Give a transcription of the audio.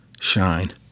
shine